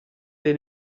dei